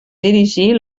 dirigir